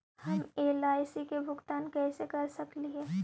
हम एल.आई.सी के भुगतान कैसे कर सकली हे?